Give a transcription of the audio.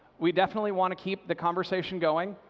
we definitely want to keep the conversation going.